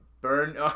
Burn